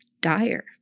dire